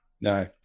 No